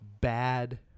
Bad